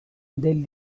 del